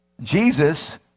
Jesus